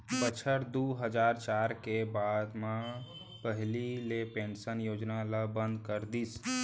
बछर दू हजार चार के बाद म पहिली के पेंसन योजना ल बंद कर दिस